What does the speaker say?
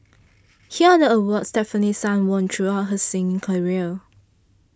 here are the awards Stefanie Sun won throughout her singing career